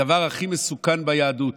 הדבר הכי מסוכן ביהדות